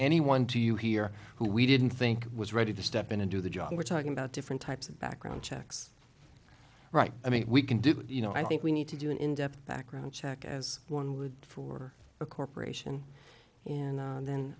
anyone to you here who we didn't think was ready to step in and do the job we're talking about different types of background checks right i mean we can do you know i think we need to do an in depth background check as one would for a corporation and then